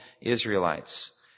Israelites